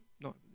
No